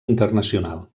internacional